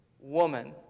Woman